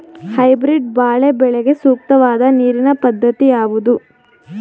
Hybrid ಬಾಳೆ ಬೆಳೆಗೆ ಸೂಕ್ತವಾದ ನೀರಿನ ಪದ್ಧತಿ ಯಾವುದು?